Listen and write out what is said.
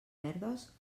verdes